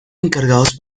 encargados